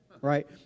right